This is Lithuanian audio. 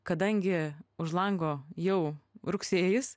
kadangi už lango jau rugsėjis